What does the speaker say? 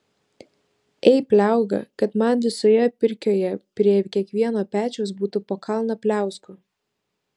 ei pliauga kad man visoje pirkioje prie kiekvieno pečiaus būtų po kalną pliauskų